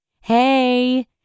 Hey